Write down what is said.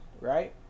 right